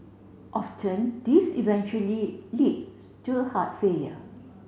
often this eventually leads to heart failure